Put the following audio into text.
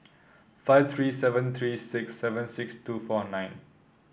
five three seven three six seven six two four nine